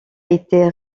été